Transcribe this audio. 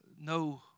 no